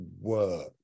work